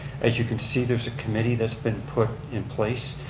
as you can see there's a committee that's been put in place.